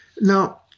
Now